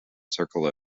circle